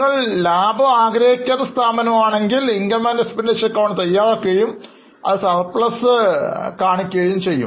നിങ്ങളൊരു ലാഭേച്ഛയില്ലാത്ത സ്ഥാപനമാണെങ്കിൽ നിങ്ങൾ Income Expenditure ac തയ്യാറാക്കുകയും അത് Surplus ആയി കാണിക്കുകയും ചെയ്യും